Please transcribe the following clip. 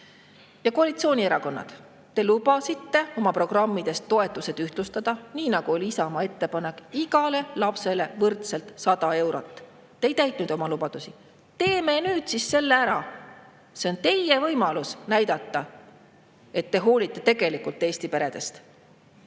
saa. Koalitsioonierakonnad, te lubasite oma programmides toetused ühtlustada, nii nagu oli Isamaa ettepanek: igale lapsele võrdselt 100 eurot. Te ei täitnud oma lubadusi. Teeme nüüd siis selle ära! See on teie võimalus näidata, et te tegelikult hoolite Eesti peredest.